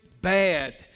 bad